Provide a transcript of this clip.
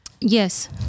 yes